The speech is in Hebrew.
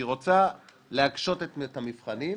שהיא רוצה להקשות את המבחנים,